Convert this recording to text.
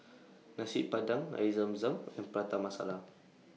Nasi Padang Air Zam Zam and Prata Masala